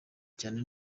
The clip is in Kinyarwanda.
cyane